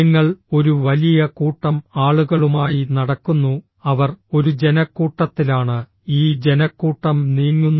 നിങ്ങൾ ഒരു വലിയ കൂട്ടം ആളുകളുമായി നടക്കുന്നു അവർ ഒരു ജനക്കൂട്ടത്തിലാണ് ഈ ജനക്കൂട്ടം നീങ്ങുന്നു